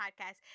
podcast